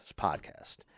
podcast